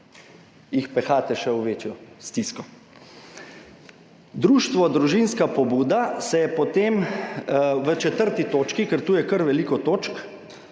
pehate v še večjo stisko. Društvo Družinska pobuda se je potem v četrti točki, ker tu je kar veliko točk,